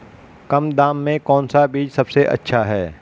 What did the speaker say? कम दाम में कौन सा बीज सबसे अच्छा है?